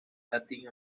latin